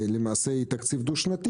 למעשה זה אמור להיות תקציב דו-שנתי,